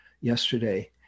yesterday